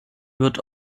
wird